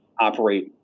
operate